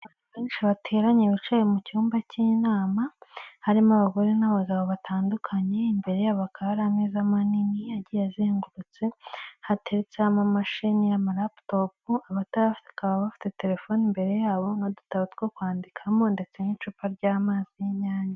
Abantu benshi bateranye bicaye mu cyumba cy'inama. Harimo abagore n'abagabo batandukanye. Imbere yabo hakaba hari ameza manini agiye azengurutse, hateretseho amamashini, amaraputopu, abatayafite bakaba bafite telefoni imbere yabo n'udutabo two kwandikamo ndetse n'icupa ry'amazi y'inyange.